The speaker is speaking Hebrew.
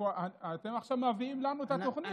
אתם עכשיו מביאים לנו את התוכנית.